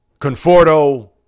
Conforto